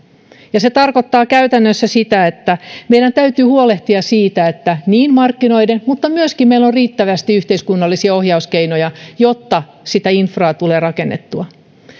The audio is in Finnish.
se tarkoittaa käytännössä sitä että meidän täytyy huolehtia siitä markkinoiden avulla mutta myöskin siten että meillä on riittävästi yhteiskunnallisia ohjauskeinoja jotta sitä infraa tulee rakennettua